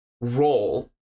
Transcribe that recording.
role